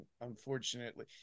unfortunately